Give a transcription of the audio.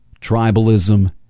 tribalism